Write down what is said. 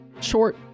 short